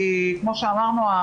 כמו שאמרנו,